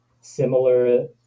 similar